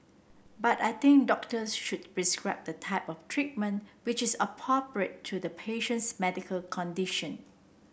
but I think doctors should prescribe the type of treatment which is appropriate to the patient's medical condition